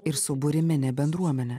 ir suburi mene bendruomenę